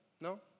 No